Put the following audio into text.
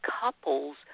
couples